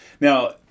Now